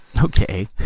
Okay